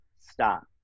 Stop